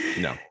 no